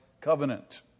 covenant